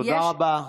תודה רבה.